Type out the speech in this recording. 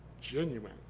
genuine